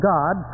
God